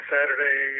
Saturday